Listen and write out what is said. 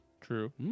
True